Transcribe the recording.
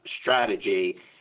strategy